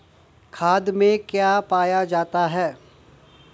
खाद में क्या पाया जाता है?